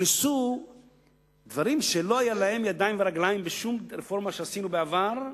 הוכנסו דברים שלא היו להם ידיים ורגליים בשום רפורמה שעשינו בעבר,